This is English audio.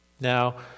Now